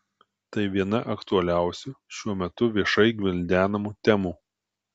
tai viena aktualiausių šiuo metu viešai gvildenamų temų